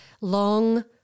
long